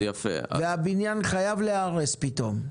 והבניין חייב להיהרס פתאום.